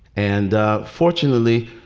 and fortunately,